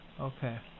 Okay